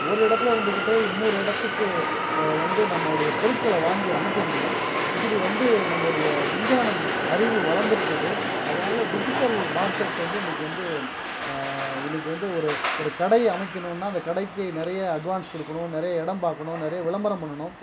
ஒரு இடத்துல இருந்துக்கிட்டே இன்னொரு இடத்துக்கு வந்து நம்மளோடைய பொருட்களை வாங்கி அனுப்ப முடியும் இப்படி வந்து நம்மோடைய விஞ்ஞானம் அறிவு வளர்ந்துருக்கிறது அதனால் டிஜிட்டல் மார்கெட் வந்து இன்றைக்கு வந்து இன்றைக்கு வந்து ஒரு ஒரு கடை அமைக்கணும்னா அந்த கடைக்கு நிறைய அட்வான்ஸ் கொடுக்கணும் நிறைய இடம் பார்க்கணும் நிறைய விளம்பரம் பண்ணணும்